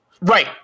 Right